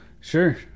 sure